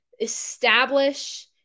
establish